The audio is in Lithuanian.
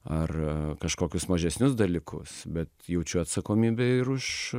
ar kažkokius mažesnius dalykus bet jaučiu atsakomybę ir už